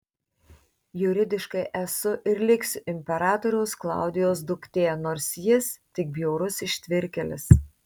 juridiškai esu ir liksiu imperatoriaus klaudijaus duktė nors jis tik bjaurus ištvirkėlis